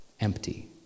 empty